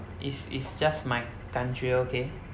is is just my 感觉 okay